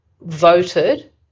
voted